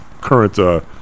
current